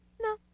No